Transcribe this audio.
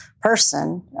person